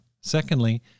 Secondly